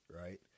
right